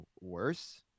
worse